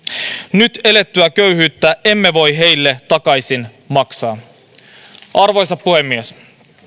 nyt elettyä köyhyyttä emme voi heille takaisin maksaa arvoisa puhemies